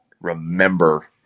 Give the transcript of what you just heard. remember